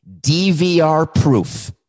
DVR-proof